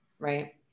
right